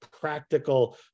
practical